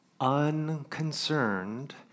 unconcerned